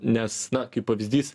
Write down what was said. nes na kaip pavyzdys